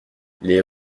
les